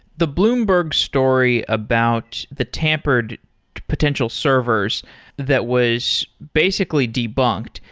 the bloomberg story about the tampered potential servers that was basically debunked,